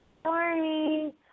Stormy